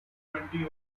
twenty